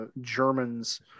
germans